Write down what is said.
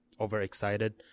overexcited